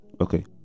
okay